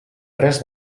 tres